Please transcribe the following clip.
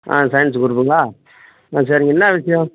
ஆ science க்ரூப்புங்களா ஆ சரிங்க என்ன விஷயம்